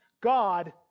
God